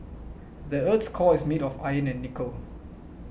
the earth's core is made of iron and nickel